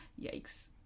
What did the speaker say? Yikes